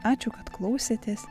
ačiū kad klausėtės